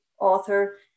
author